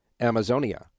amazonia